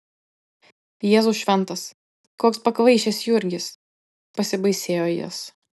jėzau šventas koks pakvaišęs jurgis pasibaisėjo jis